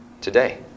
today